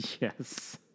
Yes